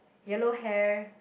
yellow hair